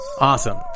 Awesome